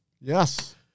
Yes